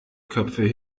köpfe